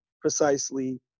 precisely